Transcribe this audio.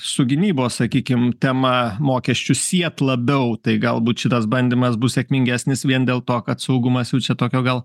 su gynybos sakykim tema mokesčius siet labiau tai galbūt šitas bandymas bus sėkmingesnis vien dėl to kad saugumas jau čia tokio gal